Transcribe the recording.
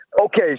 Okay